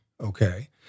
Okay